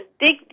dig